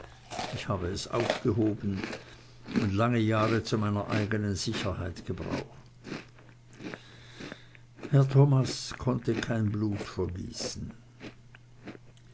ich habe es aufgehoben und lange jahre zu meiner eigenen sicherheit gebraucht herr thomas konnte kein blut vergießen